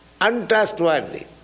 untrustworthy